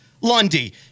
Lundy